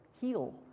heal